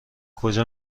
کجا